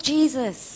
Jesus